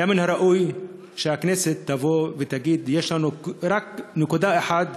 היה מן הראוי שהכנסת תבוא ותגיד: יש לנו רק נקודה אחת,